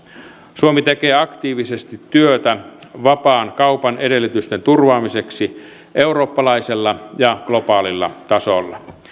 suomi tekee aktiivisesti työtä vapaan kaupan edellytysten turvaamiseksi eurooppalaisella ja globaalilla tasolla